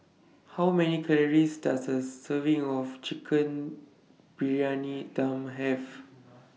How Many Calories Does A Serving of Chicken Briyani Dum Have